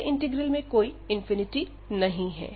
पहले इंटीग्रल में कोई नहीं है